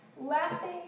laughing